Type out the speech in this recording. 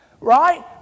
right